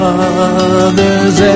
others